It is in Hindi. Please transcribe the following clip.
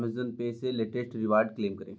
अमेजन पे से लेटेस्ट रिवॉर्ड क्लेम करें